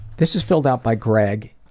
this is filled out by greg,